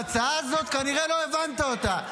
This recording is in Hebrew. ההצעה הזאת, כנראה לא הבנת אותה.